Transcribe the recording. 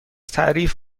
تعریف